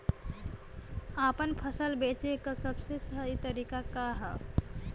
आपन फसल बेचे क सबसे सही तरीका का ह?